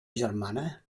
germana